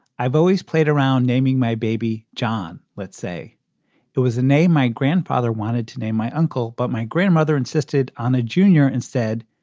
i've always played around naming my baby john. let's say there was a name my grandfather wanted to name my uncle, but my grandmother insisted on a junior instead.